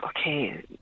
okay